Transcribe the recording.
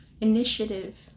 initiative